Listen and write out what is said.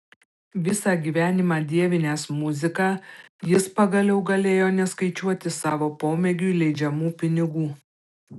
visą gyvenimą dievinęs muziką jis pagaliau galėjo neskaičiuoti savo pomėgiui leidžiamų pinigų